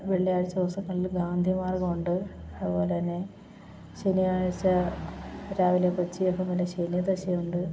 വെള്ളിയാഴ്ച ദിവസങ്ങളിൽ ഗാന്ധിമാർഗ്ഗം ഉണ്ട് അതു പോലെ തന്നെ ശനിയാഴ്ച രാവിലെ കൊച്ചി എഫ് എമ്മിൽ ശനിദശയുണ്ട്